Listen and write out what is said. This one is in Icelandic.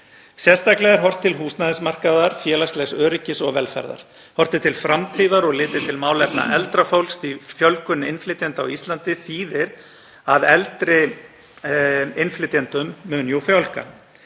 Sérstaklega er horft til húsnæðismarkaðar, félagslegs öryggis og velferðar. Horft er til framtíðar og litið til málefna eldra fólks því fjölgun innflytjenda á Ísland þýðir að eldri innflytjendum mun fjölga.